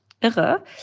Irre